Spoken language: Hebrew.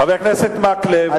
חבר הכנסת מקלב,